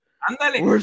Ándale